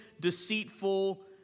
deceitful